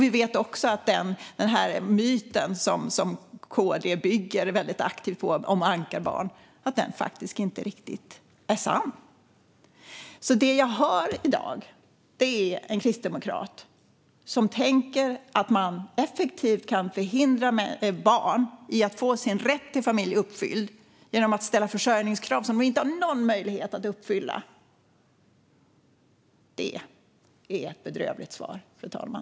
Vi vet också att myten om ankarbarn, som Kristdemokraterna bygger väldigt aktivt, faktiskt inte riktigt är sann. Det jag hör i dag är en kristdemokrat som tänker att man effektivt kan förhindra att barn får sin rätt till familj uppfylld genom att ställa försörjningskrav som de inte har någon möjlighet att uppfylla. Det är ett bedrövligt svar, fru talman.